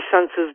senses